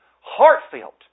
heartfelt